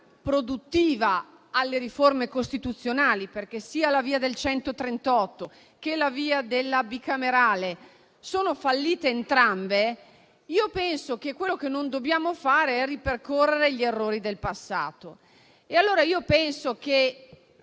produttiva alle riforme costituzionali, perché sia la via dell'articolo 138 della Costituzione che la via della bicamerale sono fallite entrambe, penso che quello che non dobbiamo fare sia ripercorrere gli errori del passato.